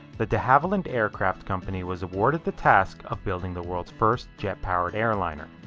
the de havilland aircraft company was awarded the task of building the world's first jet-powered airliner.